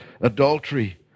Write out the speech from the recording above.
adultery